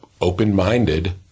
open-minded